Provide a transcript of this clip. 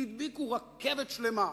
הדביקו רכבת שלמה: